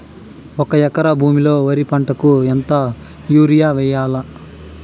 ఒక ఎకరా భూమిలో వరి పంటకు ఎంత యూరియ వేయల్లా?